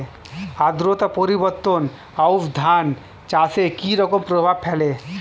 আদ্রতা পরিবর্তন আউশ ধান চাষে কি রকম প্রভাব ফেলে?